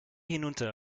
hinunter